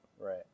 Right